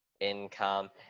income